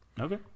okay